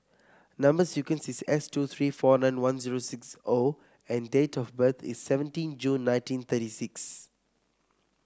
number sequence is S two three four nine one zero six O and date of birth is seventeen June nineteen thirty six